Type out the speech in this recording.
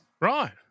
Right